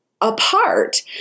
apart